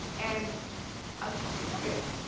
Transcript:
and according,